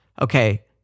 Okay